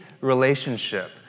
relationship